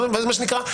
מה שנקרא,